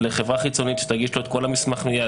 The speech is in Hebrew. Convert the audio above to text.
לחברה חיצונית שתגיש לו את כל המסמכים,